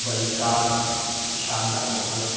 भई का शानदार सफ़र